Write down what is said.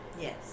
Yes